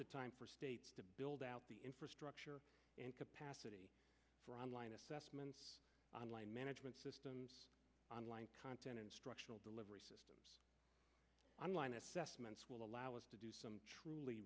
time to build out the infrastructure and capacity for online assessments on line management systems online content instructional delivery system on line assessments will allow us to do some truly